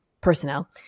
personnel